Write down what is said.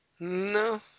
No